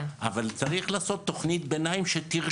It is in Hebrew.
לא על ידי חוק ולא על ידי לשבת בבית כלא שנה,